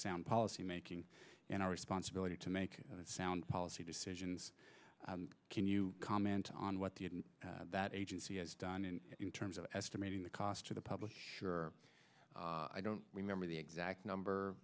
sound policy making and our responsibility to make sound policy decisions can you comment on what the that agency has done in terms of estimating the cost to the public sure i don't remember the exact number